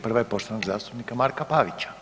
Prva je poštovanog zastupnika Marka Pavića.